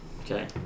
Okay